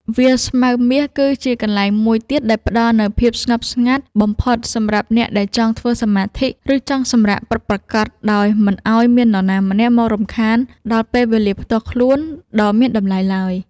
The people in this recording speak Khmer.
វាលស្មៅមាស គឺជាកន្លែងមួយទៀតដែលផ្តល់នូវភាពស្ងប់ស្ងាត់បំផុតសម្រាប់អ្នកដែលចង់ធ្វើសមាធិ ឬ ចង់សម្រាកពិតប្រាកដដោយមិនឱ្យមាននរណាម្នាក់មករំខានដល់ពេលវេលាផ្ទាល់ខ្លួនដ៏មានតម្លៃឡើយ។